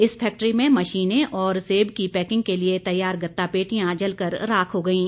इस फैक्टरी में मशीनें और सेब की पैकिंग के लिए तैयार गत्ता पेटियां जलकर राख हो गईं